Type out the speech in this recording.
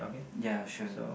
ya sure